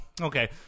Okay